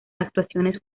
actuaciones